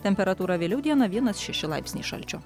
temperatūra vėliau dieną vienas šeši laipsniai šalčio